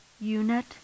unit